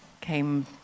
came